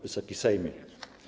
Wysoki Sejmie!